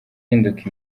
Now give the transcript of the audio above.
uhinduka